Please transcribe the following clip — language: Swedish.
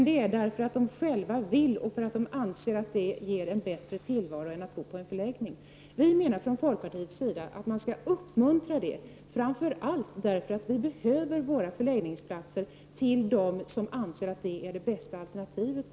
Det är deras önskan och det ger en bättre tillvaro än att bo på en förläggning. Vi i folkpartiet menar att detta skall uppmuntras, framför allt för att förläggningsplatserna behövs till dem som anser att förläggning är det bästa alternativet.